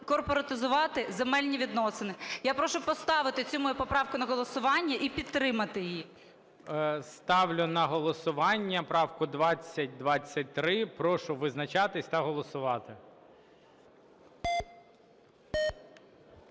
корпоратизувати земельні відносини. Я прошу поставити цю мою поправку на голосування і підтримати її. ГОЛОВУЮЧИЙ. Ставлю на голосування правку 2023. Прошу визначатись та голосувати.